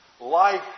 Life